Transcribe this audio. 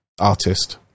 artist